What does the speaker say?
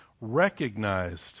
recognized